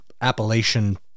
Appalachian